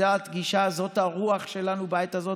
זאת הגישה, זאת הרוח שלנו בעת הזאת.